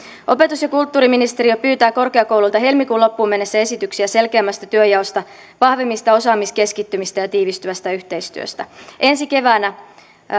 opetus ja kulttuuriministeriö pyytää korkeakouluilta helmikuun loppuun mennessä esityksiä selkeämmästä työnjaosta vahvemmista osaamiskeskittymistä ja tiivistyvästä yhteistyöstä ensi keväänä